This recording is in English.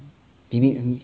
maybe